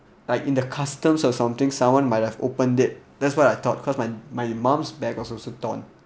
like in the customs or something someone might have opened it that's what I thought cause my my mum's bag was also torn